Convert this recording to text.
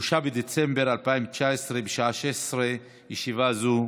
3 בדצמבר 2019, בשעה 16:00. ישיבה זו